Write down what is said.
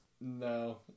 No